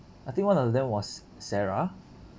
I think one of them was sarah